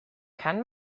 kann